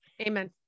Amen